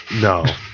No